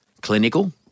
clinical